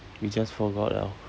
you just forgot liao